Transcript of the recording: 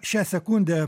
šią sekundę